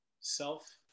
self